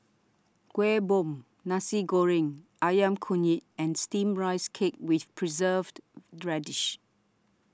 Kueh Bom Nasi Goreng Ayam Kunyit and Steamed Rice Cake with Preserved Radish